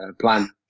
plan